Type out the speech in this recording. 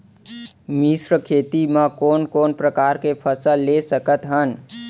मिश्र खेती मा कोन कोन प्रकार के फसल ले सकत हन?